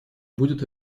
будет